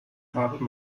habe